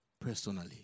personally